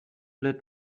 let